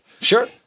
Sure